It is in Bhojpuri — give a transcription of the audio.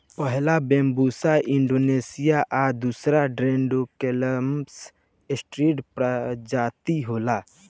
पहिला बैम्बुसा एरुण्डीनेसीया आ दूसरका डेन्ड्रोकैलामस स्ट्रीक्ट्स प्रजाति होला